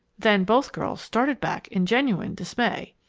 then both girls started back in genuine dismay!